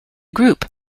group